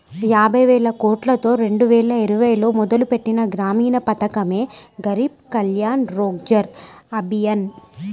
యాబైవేలకోట్లతో రెండువేల ఇరవైలో మొదలుపెట్టిన గ్రామీణ పథకమే గరీబ్ కళ్యాణ్ రోజ్గర్ అభియాన్